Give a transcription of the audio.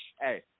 Hey